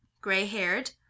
gray-haired